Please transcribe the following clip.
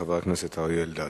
חבר הכנסת אריה אלדד.